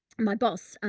my boss, um,